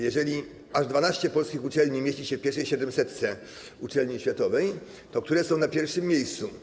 Jeżeli aż 12 polskich uczelni mieści się w pierwszej siedemsetce uczelni światowych, to które są na pierwszym miejscu?